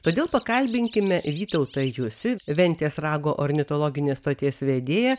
todėl pakalbinkime vytautą jusį ventės rago ornitologinės stoties vedėją